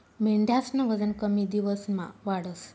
मेंढ्यास्नं वजन कमी दिवसमा वाढस